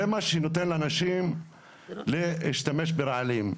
זה מה שנותן לאנשים להשתמש ברעלים.